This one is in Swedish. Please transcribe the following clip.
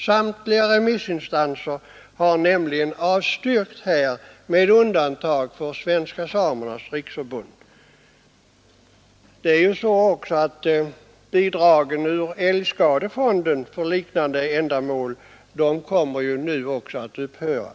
Samtliga har nämligen här avstyrkt med undantag för Svenska samernas riksförbund. Även de bidrag som tidigare utgått från Nr 132 älgskadefonden för liknande ändamål kommer nu att upphöra.